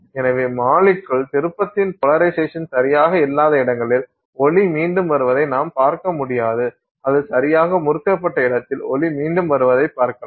எனவே மாலிக்குள் திருப்பத்தின் போலரைசேஷன் சரியாக இல்லாத இடங்களில் ஒளி மீண்டும் வருவதை நாம் பார்க்க முடியாது அது சரியாக முறுக்கப்பட்ட இடத்தில் ஒளி மீண்டும் வருவதைக் பார்க்கலாம்